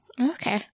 Okay